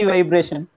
Vibration